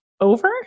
over